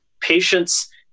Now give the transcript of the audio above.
patients